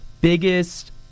biggest